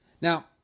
Now